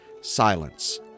silence